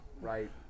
right